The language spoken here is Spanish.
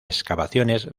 excavaciones